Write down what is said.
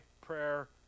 prayer